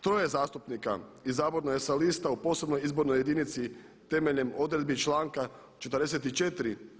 Troje zastupnika izabrano je sa liste u posebnoj izbornoj jedinici temeljem odredbi članka 44.